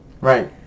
Right